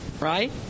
right